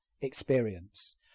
experience